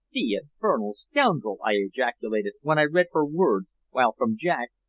the infernal scoundrel! i ejaculated, when i read her words, while from jack,